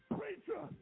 preacher